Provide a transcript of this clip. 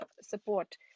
support